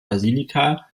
basilika